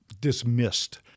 dismissed